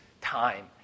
time